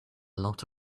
lot